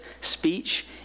speech